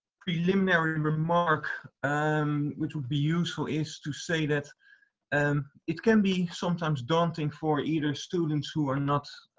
preliminary remark um which would be useful is to say tha it and it can be sometimes daunting for either students who are not